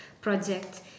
project